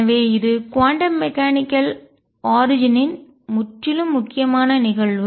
எனவே இது quantum mechanical origin ன் இயந்திர தோற்றத்தின் முற்றிலும் முக்கியமான நிகழ்வு